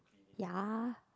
ya